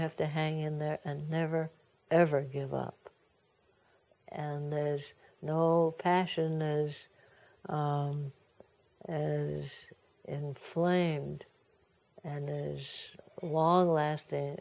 have to hang in there and never ever give up and there is no passion is as inflamed and as long lasting